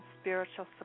spiritual